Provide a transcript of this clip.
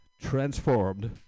transformed